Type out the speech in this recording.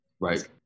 Right